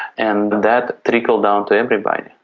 and that trickled down to everybody.